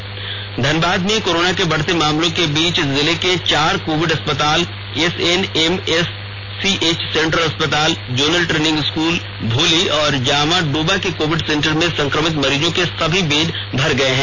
धनबाद में कोरोना के बढ़ते मामलों के बीच जिले के चार कोविड अस्पताल एसएनएमसीएच सेंट्रल अस्पताल जोनल ट्रेंनिंग स्कूल भूली और जामाडोबा कोविड सेंटर में संक्रमित मरीजों से सभी बेड भर गए हैं